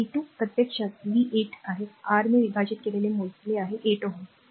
तर v2 प्रत्यक्षात V 8 आहे आर ने विभाजित केलेले मोजले आहे 8 Ω